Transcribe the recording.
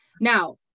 Now